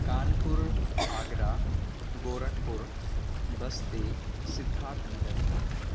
Kanpur Agra Gorakhpur Basti Siddharth Nagar